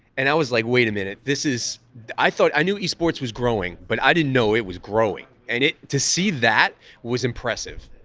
and i was like, wait a minute, this is i thought i knew ea sports was growing, but i didn't know it was growing. and to see that was impressive.